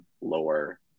lower